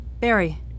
Barry